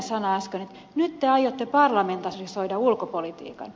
nyt te aiotte parlamentarisoida ulkopolitiikan